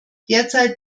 derzeit